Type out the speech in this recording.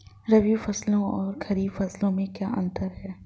रबी फसलों और खरीफ फसलों में क्या अंतर है?